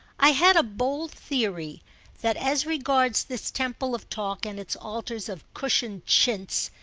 i had a bold theory that as regards this temple of talk and its altars of cushioned chintz,